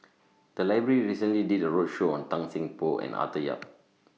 The Library recently did A roadshow on Tan Seng Poh and Arthur Yap